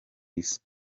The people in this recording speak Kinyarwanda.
isi